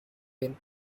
been